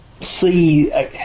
see